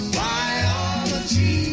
biology